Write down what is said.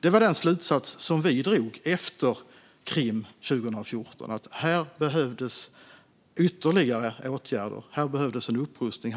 Det var den slutsats som vi drog efter Krim 2014. Här behövdes ytterligare åtgärder. Här behövdes en upprustning.